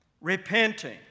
Repenting